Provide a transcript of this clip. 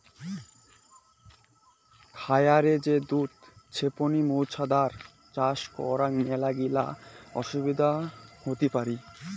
খায়ারে যে দুধ ছেপনি মৌছুদাম চাষ করাং মেলাগিলা অসুবিধা হতি পারি